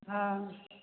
हँ